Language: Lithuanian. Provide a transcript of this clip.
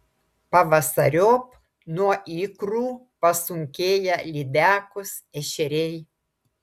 pavasariop nuo ikrų pasunkėja lydekos ešeriai